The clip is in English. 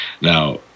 Now